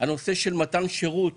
הנושא של מתן שירות